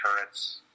turrets